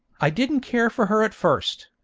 i didn't care for her at first,